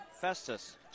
Festus